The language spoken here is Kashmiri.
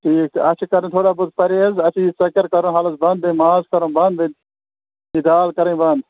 ٹھیٖک چھُ اَتھ چھِ کَرُن تھوڑا بہت پرہیز اَتھ چھُ یہِ ژۄکر کَرُن حالَس بنٛد بیٚیہِ ماز کَرُن بنٛد بیٚیہِ یہِ دال کَرٕنۍ بنٛد